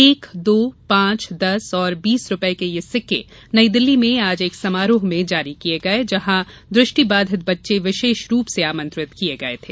एक दो पांच दस और बीस रूपये के ये सिक्के नई दिल्ली में आज एक समारोह में जारी किये गये जहां दृष्टिबाधित बच्चे विशेष रूप से आमंत्रित किये गये थे